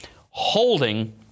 holding